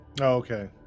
okay